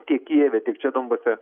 tiek kijeve tiek čia donbase